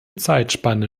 zeitspanne